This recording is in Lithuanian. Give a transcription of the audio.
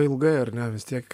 ilgai ar ne vis tiek